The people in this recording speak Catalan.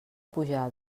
pujar